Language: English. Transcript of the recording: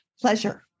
pleasure